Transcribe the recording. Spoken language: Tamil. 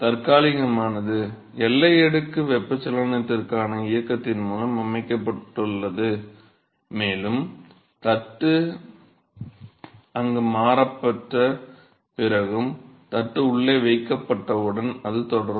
தற்காலிகமானது எல்லை அடுக்கில் வெப்பச்சலனத்திற்கான இயக்கத்தின் மூலம் அமைக்கப்பட்டுள்ளது மேலும் தட்டு அங்கு மாற்றப்பட்ட பிறகும் தட்டு உள்ளே வைக்கப்பட்டவுடன் அது தொடரும்